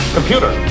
Computer